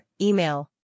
Email